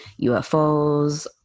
UFOs